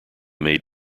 made